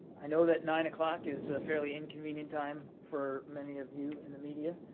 i know that nine o'clock is a fairly inconvenient time for many of you in the media,